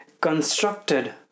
Constructed